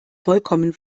vollkommen